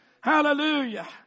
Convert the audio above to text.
Hallelujah